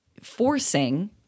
forcing